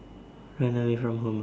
run away from home ah